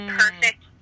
perfect